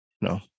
no